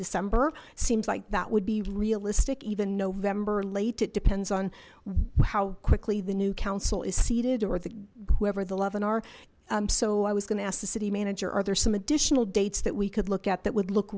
december seems like that would be realistic even november late it depends on how quickly the new council is seated or the whoever the leben are so i was gonna ask the city manager are there some additional dates that we could look at that would look